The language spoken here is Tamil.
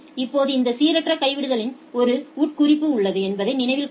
இப்போது இந்த சீரற்ற கைவிடுதலில் ஒரு உட்குறிப்பு உள்ளது என்பதை நினைவில் கொள்க